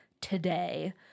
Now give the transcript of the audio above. today